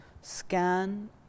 scan